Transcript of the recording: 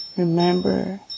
Remember